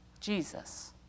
Jesus